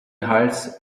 hals